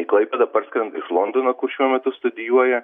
į klaipėdą parskrenda iš londono kur šiuo metu studijuoja